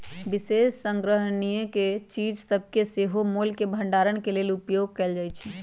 विशेष संग्रहणीय चीज सभके सेहो मोल के भंडारण के लेल उपयोग कएल जाइ छइ